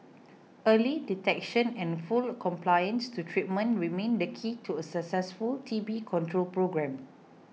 early detection and full compliance to treatment remain the key to a successful T B control programme